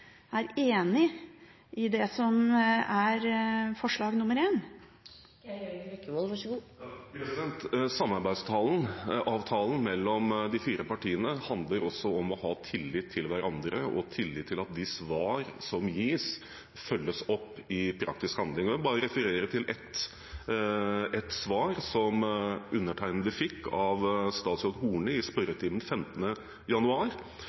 er enig i det som er forslag nr. 1? Samarbeidsavtalen mellom de fire partiene handler også om å ha tillit til hverandre og tillit til at de svar som gis, følges opp med praktisk handling. Jeg vil referere til et svar som undertegnede fikk av statsråd Horne i spørretimen 15. januar.